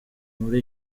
muri